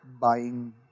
buying